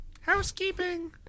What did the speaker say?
Housekeeping